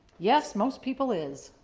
yes, most people is,